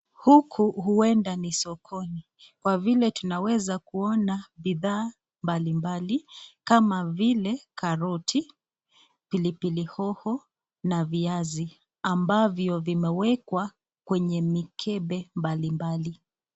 Huku huenda ni sokoni kwa vile tunaweza kuona bidhaa mbali mbali kama vile karoti, pilipili hoho na viazi ambavyo vimewekwa kwenye mikebe mbali mbali.